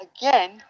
again